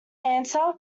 answer